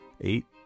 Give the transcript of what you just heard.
eight